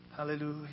Hallelujah